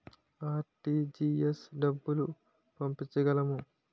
RTGS డబ్బులు పంపించగలము?